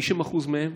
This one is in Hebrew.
50% מהן,